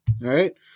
right